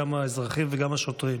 גם האזרחים וגם השוטרים.